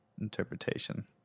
interpretation